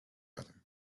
other